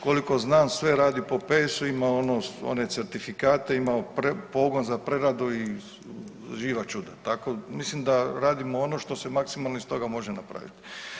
Koliko znam sve radi po PS-u, ima one certifikate, ima pogon za preradu i živa čuda, tako, mislim da radimo ono što se maksimalno iz toga može napraviti.